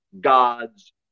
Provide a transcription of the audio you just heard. God's